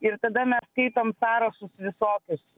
ir tada mes skaitom sąrašus visokius